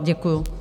Děkuju.